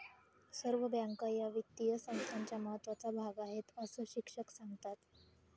सर्व बँका या वित्तीय संस्थांचा महत्त्वाचा भाग आहेत, अस शिक्षक सांगतात